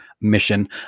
mission